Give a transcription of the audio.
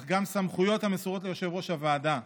אך גם סמכויות המסורות ליושב-ראש הוועדה,